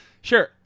sure